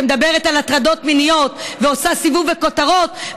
שמדברת על הטרדות מיניות ועושה סיבוב וכותרות,